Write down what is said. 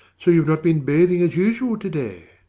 so you've not been bathing as usual today?